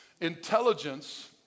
intelligence